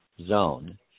zone